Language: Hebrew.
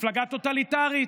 מפלגה טוטליטרית,